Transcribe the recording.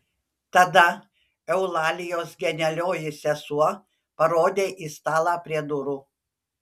tada eulalijos genialioji sesuo parodė į stalą prie durų